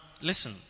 listen